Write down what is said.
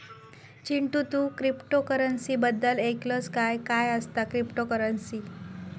चिंटू, तू क्रिप्टोकरंसी बद्दल ऐकलंस काय, काय असता क्रिप्टोकरंसी?